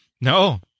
No